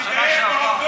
שנה שעברה.